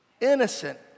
innocent